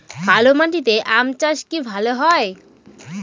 কালো মাটিতে আম চাষ কি ভালো হয়?